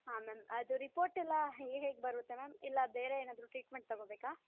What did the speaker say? ಹಾಂ ಮ್ಯಾಮ್ ಅದು ರಿಪೋರ್ಟ್ ಎಲ್ಲ ಹೇಗೆ ಬರುತ್ತೆ ಮ್ಯಾಮ್ ಇಲ್ಲ ಬೇರೆ ಏನಾದರೂ ಟ್ರೀಟ್ಮೆಂಟ್ ತಗೊಬೇಕಾ